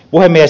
puhemies